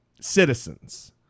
citizens